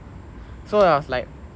so I was like